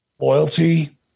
loyalty